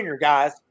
guys